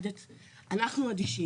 אני לא מבין